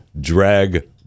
drag